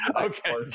Okay